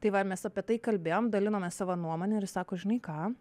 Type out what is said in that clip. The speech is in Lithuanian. tai va mes apie tai kalbėjom dalinomės savo nuomone ir jis sako žinai ką